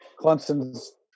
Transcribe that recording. Clemson's